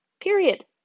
period